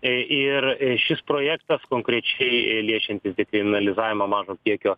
ir šis projektas konkrečiai liečiantis dekriminalizavimą mažo kiekio